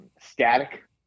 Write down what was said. static